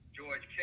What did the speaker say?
George